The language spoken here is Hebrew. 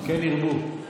כן ירבו.